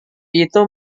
itu